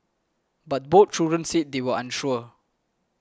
but both children said they were unsure